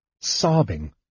Sobbing